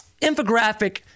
infographic